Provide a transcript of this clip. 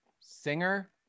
singer